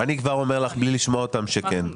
אני כבר אומר לך, בלי לשמוע אותם, שכן.